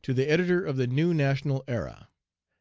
to the editor of the new national era